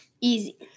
easy